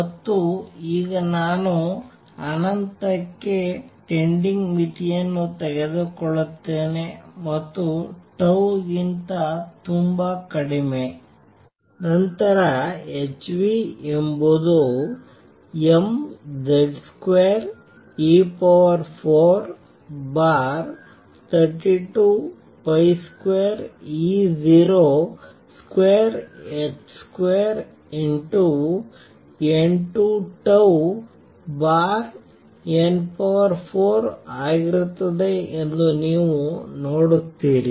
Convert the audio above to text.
ಮತ್ತು ಈಗ ನಾನು ಅನಂತಕ್ಕೆ ಟೆನ್ಡಿಂಗ್ ಮಿತಿಯನ್ನು ತೆಗೆದುಕೊಳ್ಳುತ್ತೇನೆ ಮತ್ತು ಟೌ ಗಿಂತ ತುಂಬಾ ಕಡಿಮೆ ನಂತರ h ಎಂಬುದು mZ2e432202h2n2τn4 ಆಗಿರುತ್ತದೆ ಎಂದು ನೀವು ನೋಡುತ್ತೀರಿ